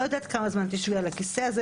לא יודעת כמה זמן תשבי על הכיסא הזה.